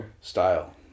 style